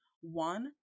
one